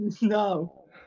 No